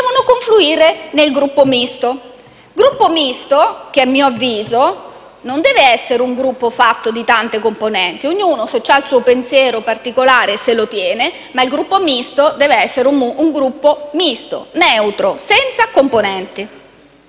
debbano confluire nel Gruppo Misto. Il Gruppo Misto, a mio avviso, non deve essere fatto di tante componenti; ognuno, se ha il suo pensiero particolare, se lo tiene, ma il Gruppo Misto deve essere misto, neutro, senza componenti.